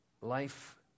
life